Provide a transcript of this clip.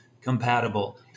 compatible